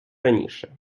раніше